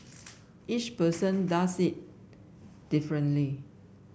each person does it differently